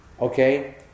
okay